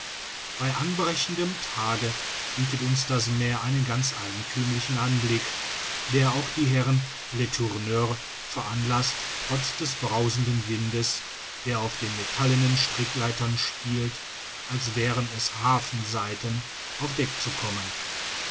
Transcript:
bei anbrechendem tage bietet uns das meer einen ganz eigenthümlichen anblick der auch die herren letourneur veranlaßt trotz des brausenden windes der auf den metallenen strickleitern spielt als wären es harfensaiten auf deck zu kommen